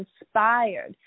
inspired